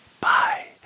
Bye